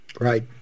Right